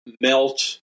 melt